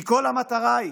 כי כל המטרה היא